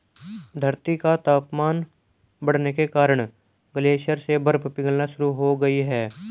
धरती का तापमान बढ़ने के कारण ग्लेशियर से बर्फ पिघलना शुरू हो गयी है